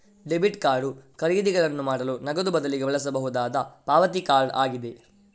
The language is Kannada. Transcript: ಡೆಬಿಟ್ ಕಾರ್ಡು ಖರೀದಿಗಳನ್ನು ಮಾಡಲು ನಗದು ಬದಲಿಗೆ ಬಳಸಬಹುದಾದ ಪಾವತಿ ಕಾರ್ಡ್ ಆಗಿದೆ